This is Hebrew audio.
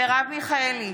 מרב מיכאלי